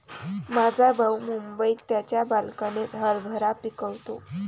माझा भाऊ मुंबईत त्याच्या बाल्कनीत हरभरा पिकवतो